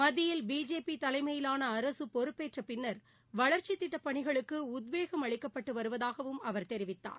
மத்தியில் பிஜேபி தலைமையிலான அரசு பொறுப்பேற்ற பின்னா் வளா்ச்சித் திட்டப்பணிகளுக்கு உத்வேகம் அளிக்கப்பட்டு வருவதாகவும் அவர் தெரிவித்தார்